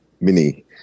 mini